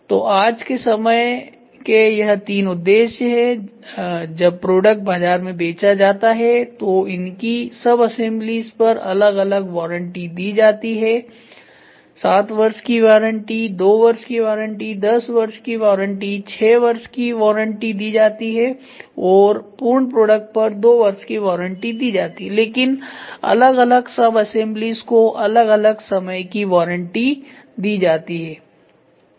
तो आज के समय के यह तीन उद्देश्य है जब प्रोडक्ट बाजार में बेचा जाता है तो इनकी सबअसेंबलीज पर अलग अलग वारंटी दी जाती है 7 वर्ष की वारंटी 2 वर्ष की वारंटी 10 वर्ष की वारंटी 6 वर्ष की वारंटी दी जाती है और पूर्ण प्रोडक्ट पर 2 वर्ष की वारंटी दी जाती हैलेकिन अलग अलग सबअसेंबलीज को अलग अलग समय की वारंटी दी जाती है